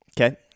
Okay